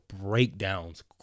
breakdowns